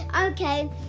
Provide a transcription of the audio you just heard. okay